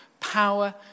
power